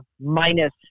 minus